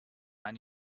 eine